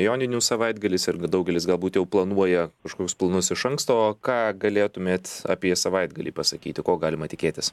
joninių savaitgalis ir daugelis galbūt jau planuoja kažkokius planus iš anksto ką galėtumėt apie savaitgalį pasakyti ko galima tikėtis